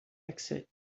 exit